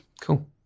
Cool